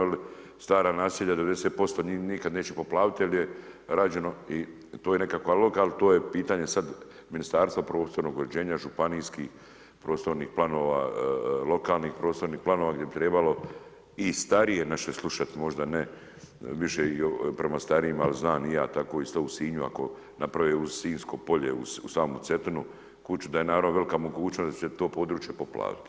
Jer stara naselja, 90% njih nikada neće poplaviti, jer je rađeno i to je nekakav lokal i to je pitanje, sada ministarstva prostornog u ređenja županijskih prostornih planova, lokalnih prostornih planova, gdje bi trebalo i starije naše slušati, možda ne, više prema starijima, ali znam i ja tako isto u Sinju, ako naprave uz sinjsko polje, uz samu Cetinu, kuću, da je naravno velika mogućnost da će to područje poplaviti.